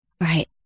Right